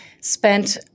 spent